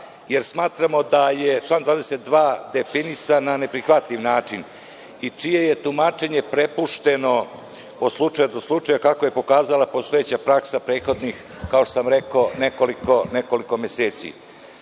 jer smatramo da je član 22. definisan na neprihvatljiv način, čije je tumačenje prepušteno od slučaja do slučaja, kako je pokazalo postojeća praksa u prethodnih nekoliko meseci.